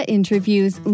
interviews